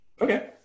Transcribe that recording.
Okay